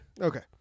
Okay